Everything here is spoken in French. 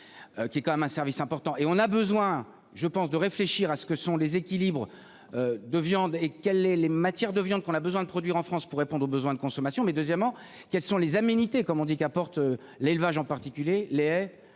Qui est quand même un service important et on a besoin je pense de réfléchir à ce que sont les équilibres. De viande et quel et les matières de viande qu'on a besoin de produire en France pour répondre aux besoins de consommation mais deuxièmement quelles sont les aménité comme on dit, qu'apporte l'élevage en particulier l'. Le